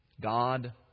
God